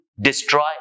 destroy